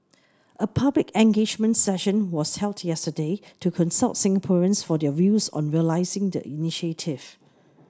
a public engagement session was held yesterday to consult Singaporeans for their views on realising the initiative